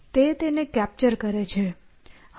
તે તેને કેપ્ચર કરે છે